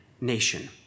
nation